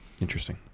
Interesting